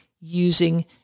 using